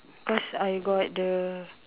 cause I got the